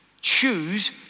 choose